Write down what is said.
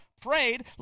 prayed